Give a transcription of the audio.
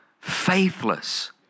Faithless